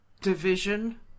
Division